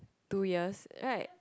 two years right